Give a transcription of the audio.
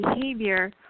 behavior